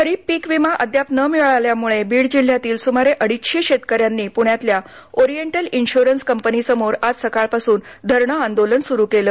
खरीप पीकविमा अद्याप न मिळाल्यामुळे बीड जिल्ह्यातील सुमारे अडीचशे शेतकऱ्यांनी प्ण्यातल्या ओरिएंटल इन्शुरन्स कंपनीसमोर आज सकाळपासून धरणे आंदोलन सुरू केलं